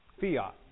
Fiat